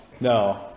no